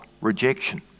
rejection